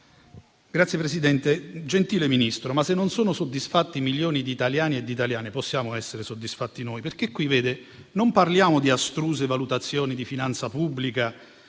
*(PD-IDP)*. Gentile Ministro, ma se non sono soddisfatti milioni di italiani e di italiane, possiamo essere soddisfatti noi? Qui parliamo non di astruse valutazioni di finanza pubblica,